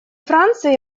франции